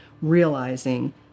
realizing